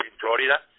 Florida